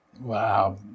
Wow